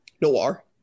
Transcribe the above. Noir